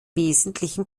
wesentlichen